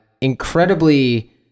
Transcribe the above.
incredibly